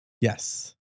Yes